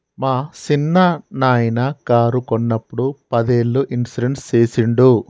మా సిన్ననాయిన కారు కొన్నప్పుడు పదేళ్ళ ఇన్సూరెన్స్ సేసిండు